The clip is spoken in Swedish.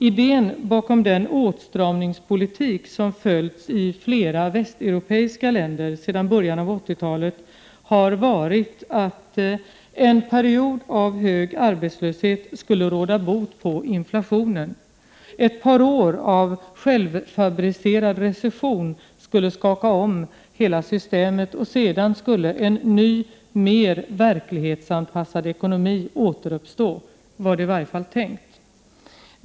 Idén bakom den åtstramningspolitik som förts i flera västeuropeiska länder sedan början av 1980-talet har varit att en period av hög arbetslöshet skulle råda bot på inflationen. Ett par år av självfabricerad recession skulle skaka om hela systemet, och sedan skulle en ny, mer verklighetsanpassad ekonomi återuppstå, var det i varje fall tänkt.